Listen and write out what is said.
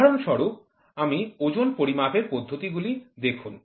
উদাহরণস্বরূপ আপনি ওজন পরিমাপের পদ্ধতিগুলি দেখুন